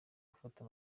gufata